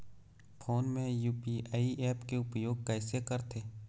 Phone मे UPI app के उपयोग कइसे करथे?